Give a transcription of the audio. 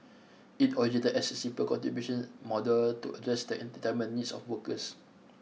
it originated as a simple contributions model to address the retirement needs of workers